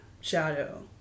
shadow